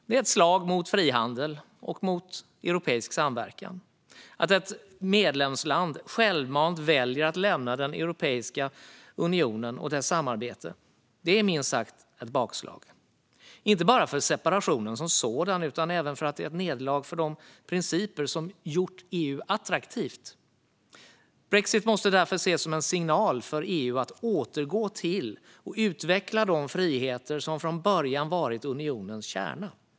Det är ett slag mot frihandel och europeisk samverkan. Att ett medlemsland självmant väljer att lämna Europeiska unionen och dess samarbete är minst sagt ett bakslag, inte bara på grund av separationen som sådan utan även därför att det är ett nederlag för de principer som gjort EU attraktivt. Brexit måste därför ses som en signal för EU att återgå till och utveckla de friheter som från början varit unionens kärna.